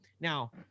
Now